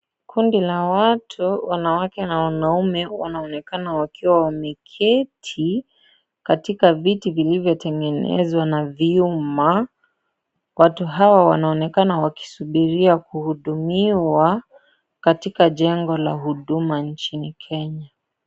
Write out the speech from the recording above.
Kundi la watu, wanawake na wanaume, wanaonekana wakiwa wameketi, katika viti vilivyotengenezwa na vyuma. Watu hawa wanaonekana wakisubiria kuhudumiwa, katika jengo la huduma inchini Kenya.